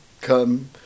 come